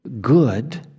good